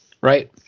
right